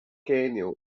canyon